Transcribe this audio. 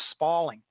spalling